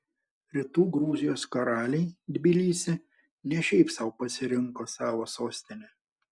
rytų gruzijos karaliai tbilisį ne šiaip sau pasirinko savo sostine